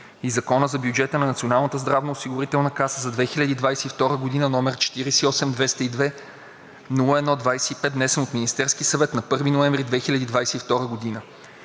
и Закона за бюджета на Националната здравноосигурителна каса за 2022 г., № 48-202-01-25, внесен от Министерския съвет на 1 ноември 2022 г.